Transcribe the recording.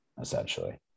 essentially